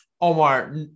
Omar